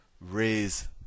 raise